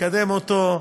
לקדם אותו,